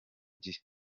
gihe